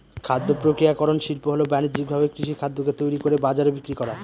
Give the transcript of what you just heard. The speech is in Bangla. খাদ্য প্রক্রিয়াকরন শিল্প হল বানিজ্যিকভাবে কৃষিখাদ্যকে তৈরি করে বাজারে বিক্রি করা